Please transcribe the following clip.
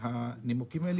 שהנימוקים האלו